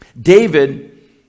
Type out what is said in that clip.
David